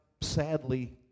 sadly